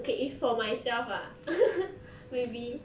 okay if for myself ah maybe